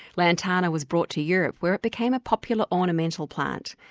lantana was brought to europe where it became a popular ornamental plant.